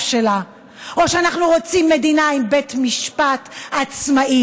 שלה או שאנחנו רוצים מדינה עם בית משפט עצמאי?